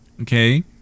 okay